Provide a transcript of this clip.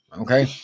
okay